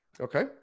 Okay